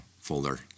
folder